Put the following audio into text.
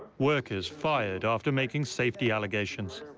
workers fired after making safety allegations,